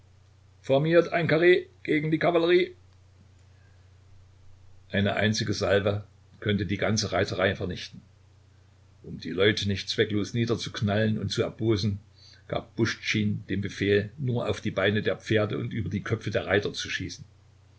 formiert ein karree gegen die kavallerie eine einzige salve könnte die ganze reiterei vernichten um die leute nicht zwecklos niederzuknallen und zu erbosen gab puschtschin den befehl nur auf die beine der pferde und über die köpfe der reiter zu schießen